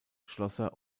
schlosser